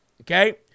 okay